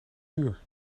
uur